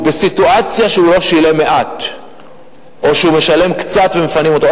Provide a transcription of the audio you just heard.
והוא בסיטואציה שהוא לא שילם מעט או שהוא משלם קצת ומפנים אותו.